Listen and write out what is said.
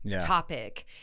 topic